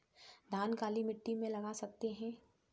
धान काली मिट्टी में लगा सकते हैं?